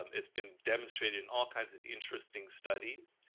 um it's been demonstrated in all kinds of interesting studies,